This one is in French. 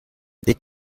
des